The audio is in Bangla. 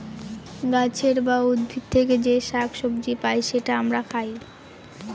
গাছের বা উদ্ভিদ থেকে যে শাক সবজি পাই সেটা আমরা খাই